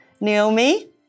Naomi